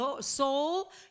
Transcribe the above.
soul